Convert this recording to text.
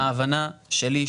ההבנה שלי,